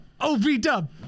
OV-Dub